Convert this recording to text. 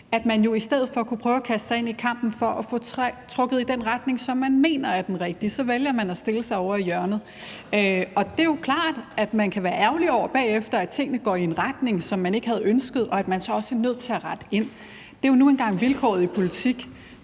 For i stedet for at prøve at kaste sig ind i kampen for at få trukket i den retning, som man mener er den rigtige, så vælger man at stille sig over i hjørnet. Og det er jo klart, at man bagefter kan være ærgerlig over, at tingene går i en retning, som man ikke havde ønsket, og at man så også er nødt til at rette ind. Det er jo nu engang vilkåret i politik.